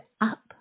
up